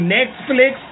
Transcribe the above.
Netflix